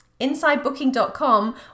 Insidebooking.com